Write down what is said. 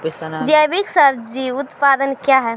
जैविक सब्जी उत्पादन क्या हैं?